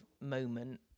moment